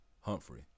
Humphrey